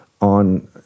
on